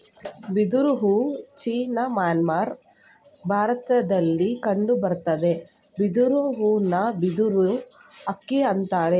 ಬಿದಿರು ಹೂ China Myanmar ಭಾರತದಲ್ಲಿ ಕಂಡುಬರ್ತದೆ ಬಿದಿರು ಹೂನ ಬಿದಿರು ಅಕ್ಕಿ ಅಂತರೆ